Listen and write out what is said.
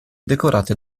decorate